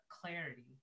clarity